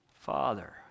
Father